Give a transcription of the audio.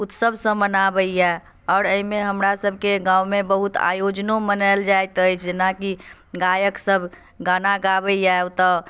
उत्सवसँ मनाबैए आओर एहिमे हमरासभके गाँवमे बहुत आयोजनो मनायल जाइत अछि जेनाकि गायकसभ गाना गाबैए ओतय